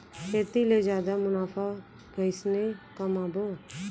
खेती ले जादा मुनाफा कइसने कमाबो?